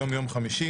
היום יום חמישי,